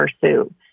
pursue